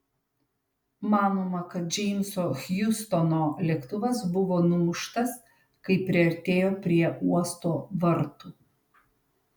manoma kad džeimso hjustono lėktuvas buvo numuštas kai priartėjo prie uosto vartų